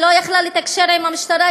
היא לא יכלה לתקשר עם המשטרה,